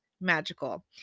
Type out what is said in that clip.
magical